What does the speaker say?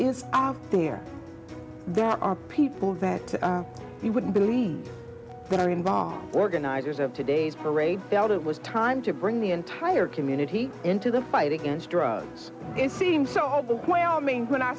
is there there are people that he wouldn't believe that are involved organizers of today's parade felt it was time to bring the entire community into the fight against drugs it seemed so overwhelming when i